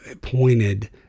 pointed